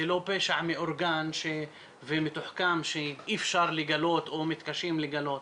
זה לא פשע מאורגן ומתוחכם שאי אפשר לגלות או מתקשים לגלות,